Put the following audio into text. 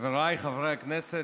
חבריי חברי הכנסת,